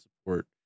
support